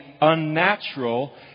unnatural